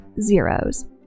zeros